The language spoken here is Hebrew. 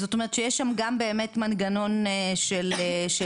זאת אומרת שיש שם גם באמת מנגנון של אישור.